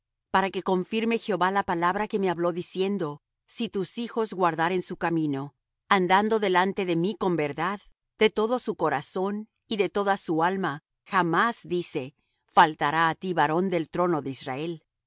para que confirme jehová la palabra que me habló diciendo si tus hijos guardaren su camino andando delante de mí con verdad de todo su corazón y de toda su alma jamás dice faltará á ti varón del trono de israel